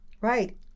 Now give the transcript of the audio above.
Right